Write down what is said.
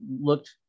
looked